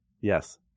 yes